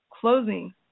Closing